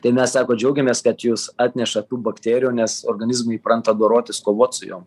tai mes sako džiaugiamės kad jūs atnešat tų bakterijų nes organizmai įpranta dorotis kovot su jom